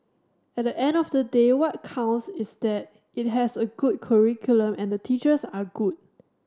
at the end of the day what counts is that it has a good curriculum and the teachers are good